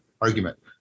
argument